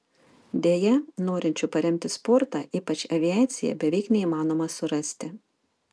deja norinčių paremti sportą ypač aviaciją beveik neįmanoma surasti